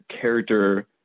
character